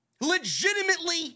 Legitimately